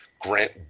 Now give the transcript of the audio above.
Grant